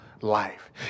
life